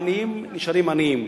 העניים נשארים עניים.